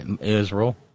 Israel